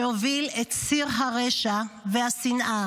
שהוביל את ציר הרשע והשנאה